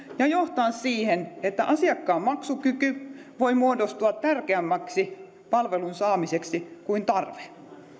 ja johtaa siihen että asiakkaan maksukyky voi muodostua tärkeämmäksi palvelun saamisen periaatteeksi kuin tarve